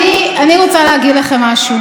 אני רוצה להגיד לכם משהו.